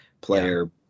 player